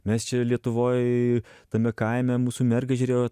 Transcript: mes čia lietuvoj tame kaime mūsų mergežerio